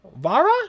Vara